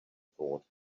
thought